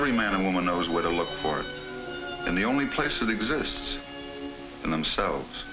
every man and woman knows where to look for it in the only place it exists in themselves